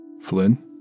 Flynn